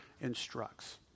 instructs